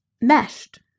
meshed